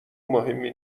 مهمی